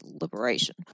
liberation